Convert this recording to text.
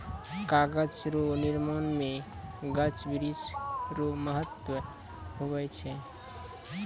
कागज रो निर्माण मे गाछ वृक्ष रो महत्ब हुवै छै